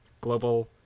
global